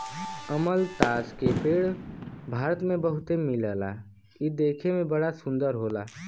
अमलतास के पेड़ भारत में बहुते मिलला इ देखे में बड़ा सुंदर होला